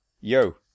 Yo